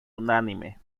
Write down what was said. unánime